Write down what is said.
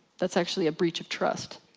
that's actually a breach of trust.